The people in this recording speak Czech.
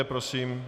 Prosím.